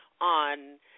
on